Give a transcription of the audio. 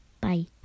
Bye